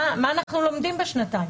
מה אנחנו לומדים בשנתיים?